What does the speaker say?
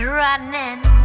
running